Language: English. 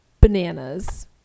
bananas